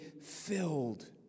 filled